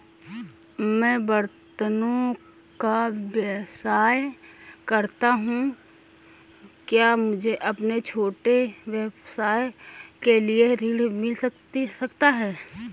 मैं बर्तनों का व्यवसाय करता हूँ क्या मुझे अपने छोटे व्यवसाय के लिए ऋण मिल सकता है?